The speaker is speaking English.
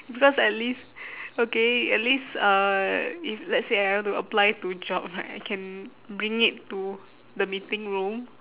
because at least okay at least uh if let's say I want to apply to job right I can bring it to the meeting room